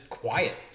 Quiet